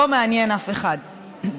לא מעניין אף אחד.